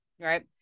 Right